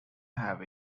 have